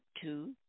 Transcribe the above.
two